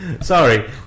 Sorry